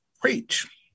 Preach